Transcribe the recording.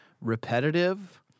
repetitive